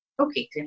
okay